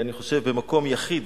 אני חושב, במקום יחיד,